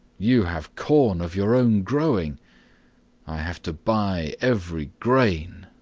you have corn of your own growing i have to buy every grain.